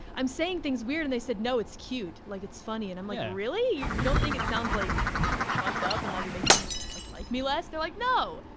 i'm saying things weird. and they said, no, it's cute. like it's funny. and i'm like, really? you don't think, it sounds like like fucked up and like, it makes you you like, like me less. they're like, no.